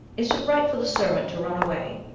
is it right for the servant to run away,